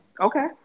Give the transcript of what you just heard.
Okay